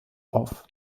auf